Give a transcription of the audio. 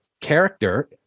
character